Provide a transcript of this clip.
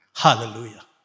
Hallelujah